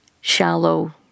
shallow